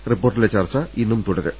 റിപ്പോർട്ടിലെ ചർച്ച ഇന്ന് തുടരും